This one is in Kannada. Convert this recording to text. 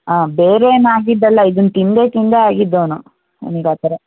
ಆ ಬೇರೆ ಏನಾಗಿದ್ದಲ್ಲ ಇದನ್ನು ತಿಂದೇ ತಿಂದೇ ಆಗಿದ್ದವನು ಅವ್ನಿಗೆ ಆ ಥರ